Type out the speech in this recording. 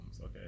okay